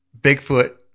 Bigfoot